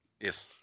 Yes